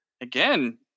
Again